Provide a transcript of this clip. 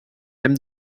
hem